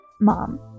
Mom